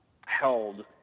held